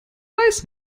weiß